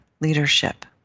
leadership